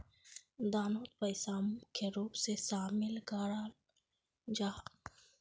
दानोत पैसा मुख्य रूप से शामिल कराल जाहा